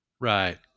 Right